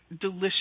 delicious